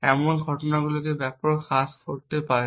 এমন ঘটনাগুলিকে ব্যাপকভাবে হ্রাস করতে পারে